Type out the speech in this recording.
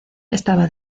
estaba